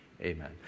Amen